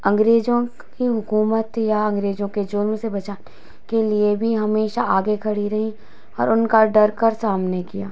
अंग्रेजों के हुकूमत या अंग्रेजों के जुर्म से बचा के लिए भी हमेशा आगे खड़ी रहीं और उनका डर कर सामने किया